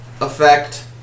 effect